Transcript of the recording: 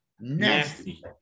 Nasty